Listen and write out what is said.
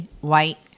White